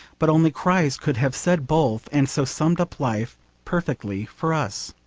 but only christ could have said both, and so summed up life perfectly for us.